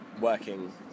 working